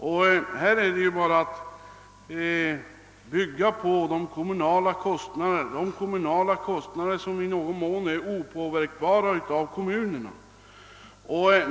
Man måste då ta hänsyn till de kommunala kostnader, som i viss mån inte kan påverkas av kommuner na.